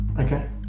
Okay